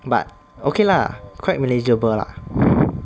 but okay lah quite manageable lah